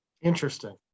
Interesting